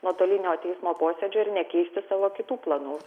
nuotolinio teismo posėdžio ir nekeistų savo kitų planų